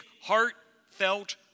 heartfelt